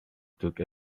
took